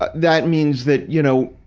that that means that, you know,